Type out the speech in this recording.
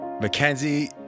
Mackenzie